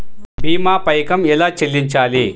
భీమా పైకం ఎలా చెల్లించాలి?